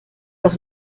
doch